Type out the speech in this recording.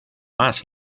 más